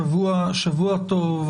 שבוע טוב.